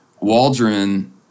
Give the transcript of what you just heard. Waldron